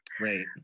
Right